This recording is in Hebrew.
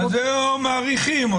זה לא הגיוני.